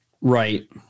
Right